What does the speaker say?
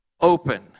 open